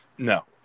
no